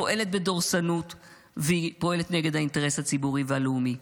פועלת בדורסנות ופועלת נגד האינטרס הציבורי והלאומי.